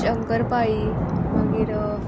शंकर पाळी मागीर